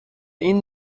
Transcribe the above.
این